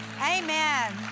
Amen